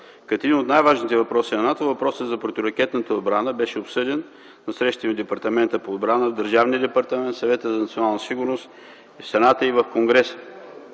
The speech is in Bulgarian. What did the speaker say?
Като един от най-важните въпроси на НАТО, въпросът за противоракетната отбрана беше обсъден на срещи в Департамента по отбрана, в Държавния департамент, в Съвета за национална сигурност, в Сената и в Конгреса.